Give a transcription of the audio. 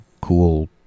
cool